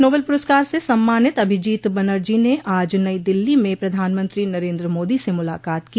Nobel प्रस्कार से सम्मानित अभिजीत बनर्जी ने आज नई दिल्ली मे प्रधानमंत्री नरेन्द्र मोदी से मुलाकात की